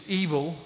evil